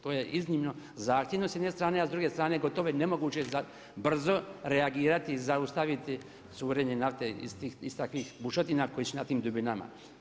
To je iznimno zahtjevno s jedne strane, a s druge strane gotovo je nemoguće brzo reagirati, zaustaviti curenje nafte iz takvih bušotina koje su na tim dubinama.